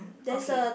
okay